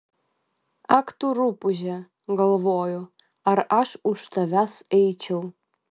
ak tu rupūže galvoju ar aš už tavęs eičiau